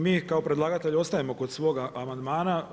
Mi kao predlagatelj ostajemo kod svoga amandmana.